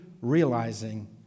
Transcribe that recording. realizing